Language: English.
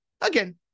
Again